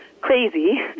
crazy